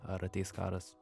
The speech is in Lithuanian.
ar ateis karas